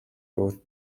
both